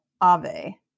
Ave